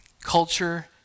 culture